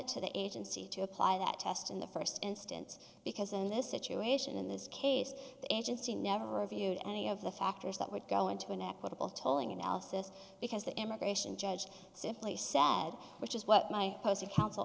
it to the agency to apply that test in the first instance because in this situation in this case the agency never abused any of the factors that would go into an equitable tolling analysis because the immigration judge simply sad which is what my post of counsel